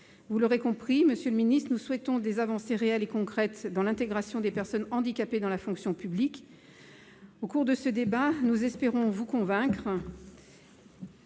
Vous l'aurez compris, monsieur le secrétaire d'État, nous souhaitons des avancées réelles et concrètes pour l'intégration des personnes handicapées dans la fonction publique. Au cours de ce débat, nous espérons vous convaincre